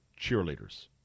Cheerleaders